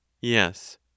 YES